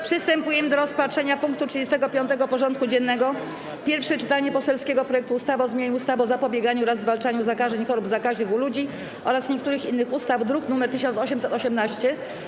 Przystępujemy do rozpatrzenia punktu 35. porządku dziennego: Pierwsze czytanie poselskiego projektu ustawy o zmianie ustawy o zapobieganiu oraz zwalczaniu zakażeń i chorób zakaźnych u ludzi oraz niektórych innych ustaw (druk nr 1818)